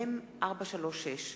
מ/436.